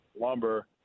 lumber